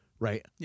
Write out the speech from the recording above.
Right